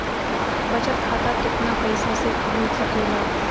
बचत खाता केतना पइसा मे खुल सकेला?